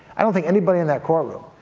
i don't think anybody in that courtroom,